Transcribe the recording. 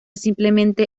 simplemente